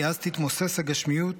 כי אז תתמוסס הגשמיות,